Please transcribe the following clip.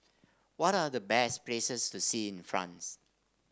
what are the best places to see in France